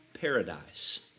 paradise